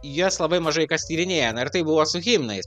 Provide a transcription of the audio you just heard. jas labai mažai kas tyrinėja na ir taip buvo su himnais